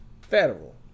federal